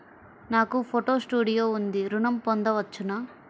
నాకు photo studio ఉంది ఋణం పొంద వచ్చునా?